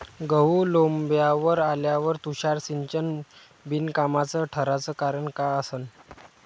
गहू लोम्बावर आल्यावर तुषार सिंचन बिनकामाचं ठराचं कारन का असन?